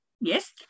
Yes